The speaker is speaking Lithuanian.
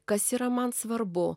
kas yra man svarbu